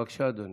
בבקשה, אדוני,